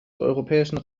europäischen